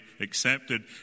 accepted